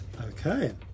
Okay